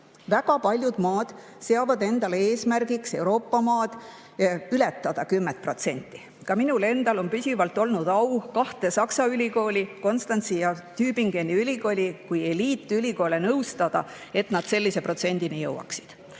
Väga paljud Euroopa maad on seadnud endale eesmärgiks ületada 10%. Ka minul endal on püsivalt olnud au kahte Saksa ülikooli, Konstanzi ja Tübingeni ülikooli kui eliitülikoole nõustada, et nad sellise protsendini jõuaks.